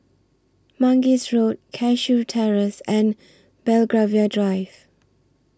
Mangis Road Cashew Terrace and Belgravia Drive